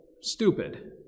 stupid